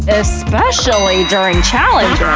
especially during challenges,